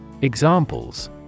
Examples